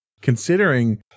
Considering